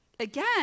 Again